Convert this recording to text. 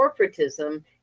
corporatism